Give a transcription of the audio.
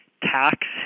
tax